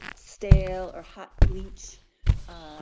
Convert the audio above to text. stale or hot bleach,